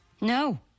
No